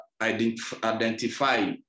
identify